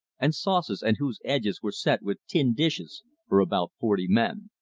and sauces, and whose edges were set with tin dishes for about forty men.